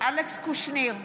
אלכס קושניר,